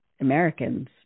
Americans